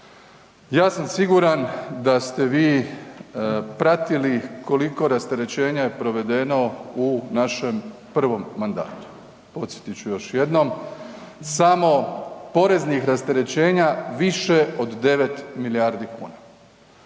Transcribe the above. ja sam siguran da ste vi pratili koliko je rasterećenja je provedeno u našem 1. mandatu. Podsjetit ću još jednom, samo poreznih rasterećenja više od 9 milijardi kuna.